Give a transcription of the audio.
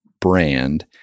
brand